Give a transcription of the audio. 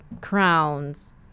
crowns